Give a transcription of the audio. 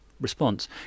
response